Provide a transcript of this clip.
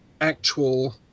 actual